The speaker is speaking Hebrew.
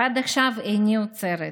ועד עכשיו איני עוצרת.